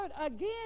again